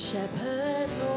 Shepherds